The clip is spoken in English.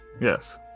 Yes